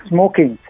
Smoking